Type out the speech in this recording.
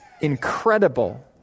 Incredible